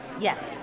Yes